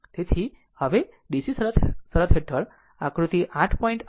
તેથી હવે DC શરત હેઠળ હવે આકૃતિ 8